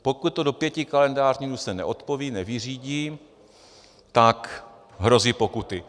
Pokud to do pěti kalendářních dnů se neodpoví, nevyřídí, tak hrozí pokuty.